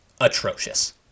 atrocious